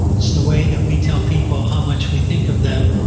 it's the way that we tell people how much we think of them,